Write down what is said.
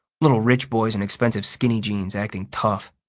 little rich boys in expensive skinny jeans acting tough.